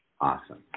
Awesome